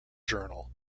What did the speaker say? journal